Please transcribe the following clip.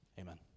Amen